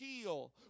heal